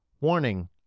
Warning